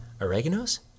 Oregano's